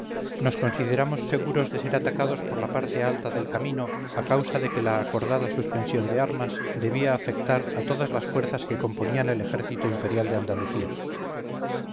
nos consideramos seguros de ser atacados por la parte alta del camino a causa de que la acordada suspensión de armas debía afectar a todas las fuerzas que componían el ejército imperial de andalucía